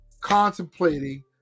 contemplating